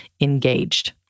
engaged